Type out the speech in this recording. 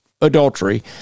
adultery